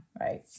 right